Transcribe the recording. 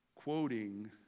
quoting